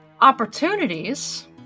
Opportunities